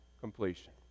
completion